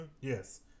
yes